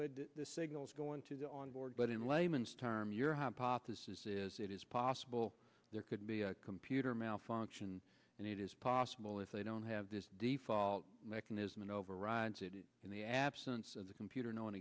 would the signals going to the on board but in layman's term your hypothesis is it is possible there could be a computer malfunction and it is possible if they don't have this default mechanism and overrides it in the absence the computer know